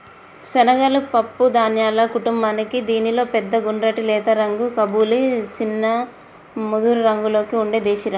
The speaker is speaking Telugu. శనగలు పప్పు ధాన్యాల కుటుంబానికీ దీనిలో పెద్ద గుండ్రటి లేత రంగు కబూలి, చిన్న ముదురురంగులో ఉండే దేశిరకం